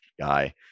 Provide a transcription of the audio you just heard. guy